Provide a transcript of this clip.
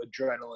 adrenaline